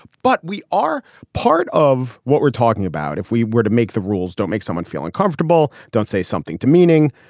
but we are part of what we're talking about. if we were to make the rules, don't make someone feel uncomfortable. don't say something to meaning.